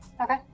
Okay